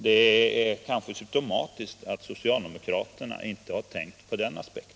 Det är kanske symtomatiskt att socialdemokraterna inte har tänkt på den aspekten.